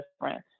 different